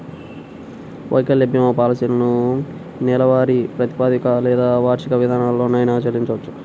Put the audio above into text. వైకల్య భీమా పాలసీలను నెలవారీ ప్రాతిపదికన లేదా వార్షిక విధానంలోనైనా చెల్లించొచ్చు